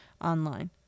online